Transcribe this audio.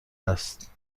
است